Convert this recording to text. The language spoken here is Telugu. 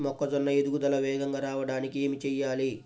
మొక్కజోన్న ఎదుగుదల వేగంగా రావడానికి ఏమి చెయ్యాలి?